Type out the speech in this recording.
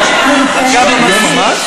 היום יום הולדת עגול.